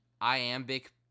iambic